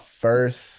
first